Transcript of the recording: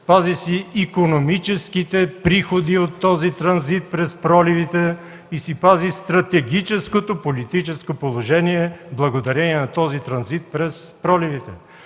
пази си икономическите приходи от този транзит през проливите, и си пази стратегическото политическо положение, благодарение на този транзит през проливите.